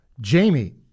Jamie